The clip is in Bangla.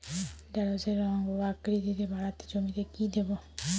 ঢেঁড়সের রং ও আকৃতিতে বাড়াতে জমিতে কি দেবো?